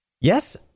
Yes